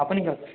আপুনি ক'ত